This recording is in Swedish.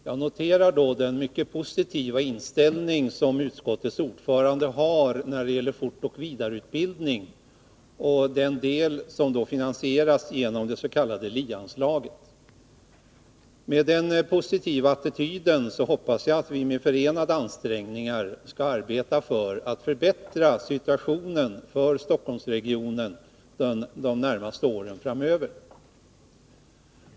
Herr talman! Jag noterar den mycket positiva inställning som utskottets ordförande har när det gäller fortoch vidareutbildning och den del som finansieras genom det s.k. LIE-anslaget. Med den positiva attityden hoppas jag att vi med förenade ansträngningar skall arbeta för att förbättra situationen för Stockholmsregionen de närmaste åren framöver.